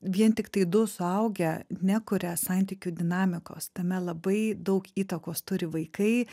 vien tiktai du suaugę nekuria santykių dinamikos tame labai daug įtakos turi vaikai